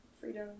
Freedom